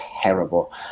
terrible